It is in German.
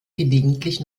gelegentlich